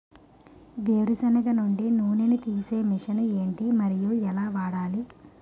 వేరు సెనగ నుండి నూనె నీ తీసే మెషిన్ ఏంటి? మరియు ఎలా వాడాలి?